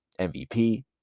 MVP